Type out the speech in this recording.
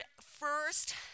first